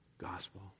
gospel